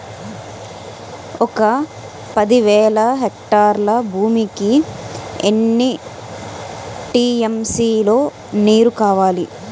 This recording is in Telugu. ఒక పది వేల హెక్టార్ల భూమికి ఎన్ని టీ.ఎం.సీ లో నీరు కావాలి?